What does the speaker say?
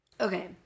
okay